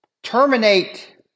terminate